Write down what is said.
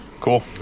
Cool